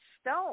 stone